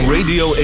Radio